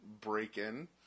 break-in